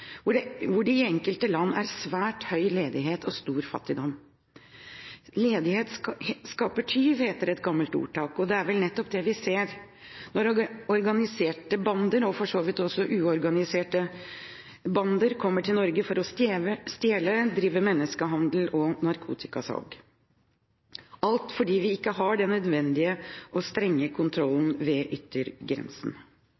enkelte land er svært høy ledighet og stor fattigdom. Ledighet skaper tyv, heter et gammelt ordtak, og det er vel nettopp det vi ser når organiserte bander, og for så vidt også uorganiserte bander, kommer til Norge for å stjele, drive menneskehandel og narkotikasalg – alt fordi vi ikke har den nødvendige og strenge kontrollen